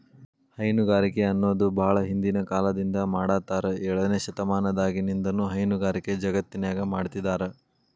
ಹೈನುಗಾರಿಕೆ ಅನ್ನೋದು ಬಾಳ ಹಿಂದಿನ ಕಾಲದಿಂದ ಮಾಡಾತ್ತಾರ ಏಳನೇ ಶತಮಾನದಾಗಿನಿಂದನೂ ಹೈನುಗಾರಿಕೆ ಜಗತ್ತಿನ್ಯಾಗ ಮಾಡ್ತಿದಾರ